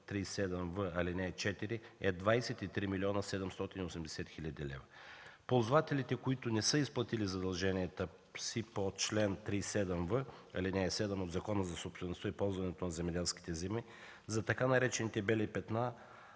чл.37в, ал. 4 е 23 млн. 780 хил. лв. Ползвателите, които не са изплатили задълженията си по чл. 37в, ал. 7 от Закона за собствеността и ползването на земеделските земи за така наречените „бели петна”